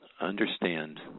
understand